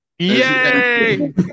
Yay